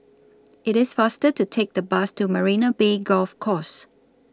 IT IS faster to Take The Bus to Marina Bay Golf Course